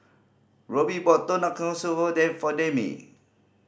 Roby bought Tonkatsu for for Demi